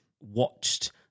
watched